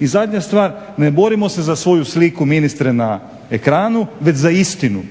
I zadnja stvar, ne borimo se za svoju sliku ministre na ekranu već za istinu,